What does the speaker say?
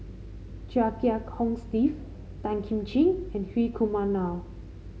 Chia Kiah Hong Steve Tan Kim Ching and Hri Kumar Nair